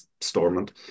Stormont